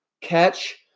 catch